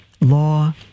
law